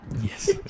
Yes